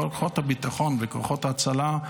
כוחות הביטחון וכוחות ההצלה,